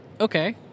Okay